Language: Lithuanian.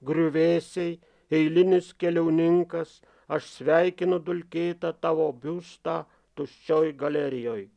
griuvėsiai eilinis keliauninkas aš sveikinu dulkėtą tavo biustą tuščioj galerijoj